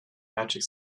magic